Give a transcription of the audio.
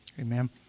Amen